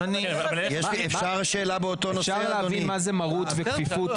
אפשר להבין מה זה מרות וכפיפות,